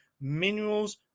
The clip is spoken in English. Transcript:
minerals